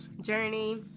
journey